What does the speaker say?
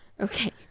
okay